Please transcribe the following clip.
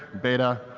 beta,